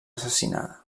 assassinada